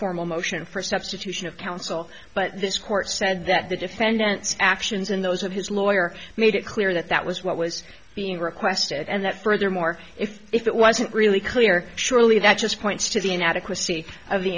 formal motion for substitution of counsel but this court said that the defendant's actions and those of his lawyer made it clear that that was what was being requested and that furthermore if it wasn't really clear surely that just points to the inadequacy of the